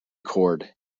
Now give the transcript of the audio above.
cord